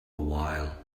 while